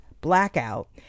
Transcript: blackout